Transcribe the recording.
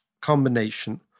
combination